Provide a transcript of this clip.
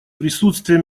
присутствие